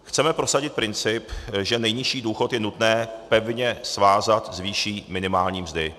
Chceme prosadit princip, že nejnižší důchod je nutné pevně svázat s výší minimální mzdy.